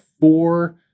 four